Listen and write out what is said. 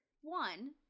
one